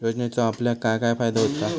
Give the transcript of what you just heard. योजनेचो आपल्याक काय काय फायदो होता?